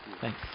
Thanks